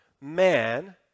man